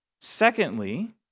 Secondly